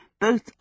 both